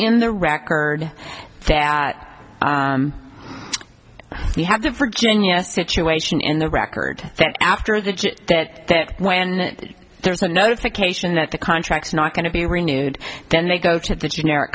in the record that you have the virginia situation in the record then after the git that when there's no notification that the contracts not going to be renewed then they go to the generic